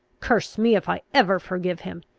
curse me, if i ever forgive him!